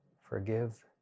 forgive